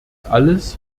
alles